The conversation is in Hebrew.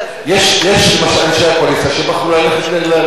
יש אנשי קואליציה שבחרו ללכת ולישון.